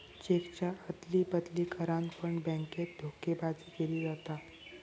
चेकच्या अदली बदली करान पण बॅन्केत धोकेबाजी केली जाता